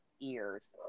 ears